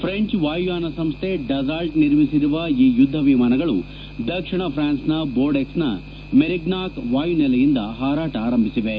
French ವಾಯುಯಾನ ಸಂಸ್ಥೆ Dassault ನಿರ್ಮಿಸಿರುವ ಈ ಯುದ್ದ ವಿಮಾನಗಳು ದಕ್ಷಿಣ ಫ್ರಾನ್ಸ್ನ ಬೋರ್ಡೆಕ್ಸ್ನ ಮೆರಿಗ್ವಾಕ್ ವಾಯುನೆಲೆಯಿಂದ ಹಾರಾಟ ಆರಂಭಿಸಿವೆ